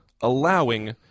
allowing